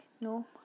no